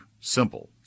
Simple